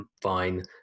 fine